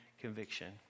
conviction